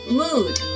mood